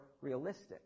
realistic